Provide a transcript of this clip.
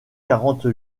quarante